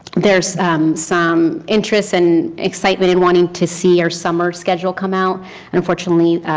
there is some interest and excitement and money to see our summer schedule come out and unfortunately,